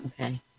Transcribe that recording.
Okay